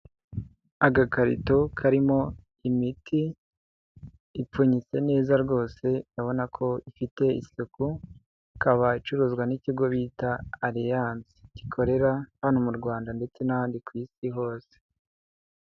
Agakarito karimo imiti ipfunyitse neza rwose urabona ko ifite isuku, ikaba icuruzwa n'ikigo bita Alliance gikorera hano mu Rwanda ndetse n'ahandi ku Isi hose.